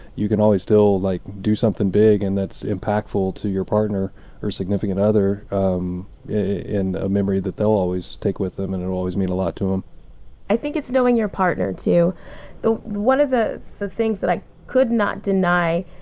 you can always still like do something big and that's impactful to your partner or significant other um in ah memory that they'll always take with them and you're and always mean a lot to them i think it's knowing your partner to be one of the the things that i could not deny